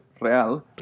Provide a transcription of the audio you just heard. Real